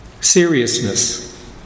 seriousness